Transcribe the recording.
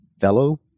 fellow